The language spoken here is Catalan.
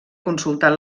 consultat